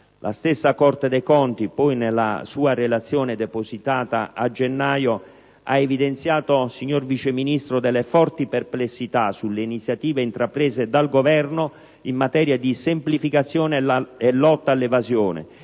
La stessa Corte dei conti poi, nella sua relazione depositata a gennaio, ha evidenziato, signor Vice Ministro, forti perplessità sulle iniziative intraprese dal Governo in materia di semplificazione e lotta all'evasione,